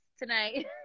Tonight